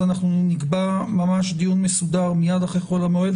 אז אנחנו נקבע ממש דיון מסודר מיד אחרי חול המועד.